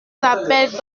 appelle